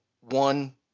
one